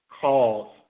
calls